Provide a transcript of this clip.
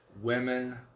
women